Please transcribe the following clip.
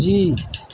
جی